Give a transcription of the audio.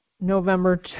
November